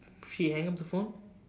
she hang up the phone